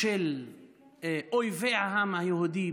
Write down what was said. של אויבי העם היהודי,